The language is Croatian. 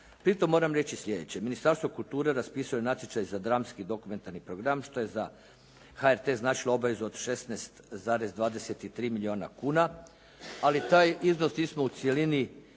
Pritom moram reći sljedeće. Ministarstvo kulture raspisuje natječaj za dramski dokumentarni program što je za HRT značilo obavezu od 16,23 milijuna kuna, ali taj iznos nismo u cjelini